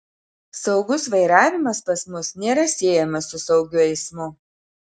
saugus vairavimas pas mus nėra siejamas su saugiu eismu